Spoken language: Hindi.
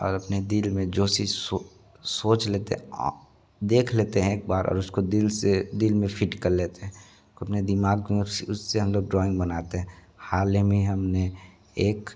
और अपने दिल में जो चीज सोच सोच लेते है देख लेते हैं एक बार और उसको दिल से दिल में फिट कर लेते हैं अपने दिमाग में उससे हम लोग ड्राइंग बनाते हैं हाल ही में हमने एक